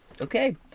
okay